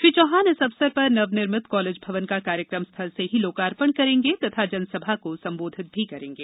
श्री चौहान इस अवसर पर नवनिर्मित कॉलेज भवन का कार्यक्रम स्थल से ही लोकार्पण करेंगे तथा जनसभा को संबोधित भी करेंगे